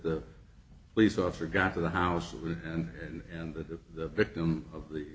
e police officer got to the house with and and the victim of the